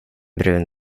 brun